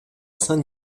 saint